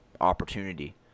opportunity